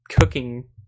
cooking